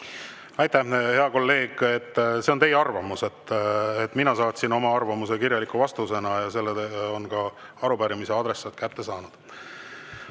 Aitäh! Hea kolleeg, see on teie arvamus. Mina saatsin oma arvamuse kirjaliku vastusena ja selle on arupärimise [esitaja] kätte saanud.